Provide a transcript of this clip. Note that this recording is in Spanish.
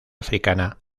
africana